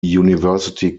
university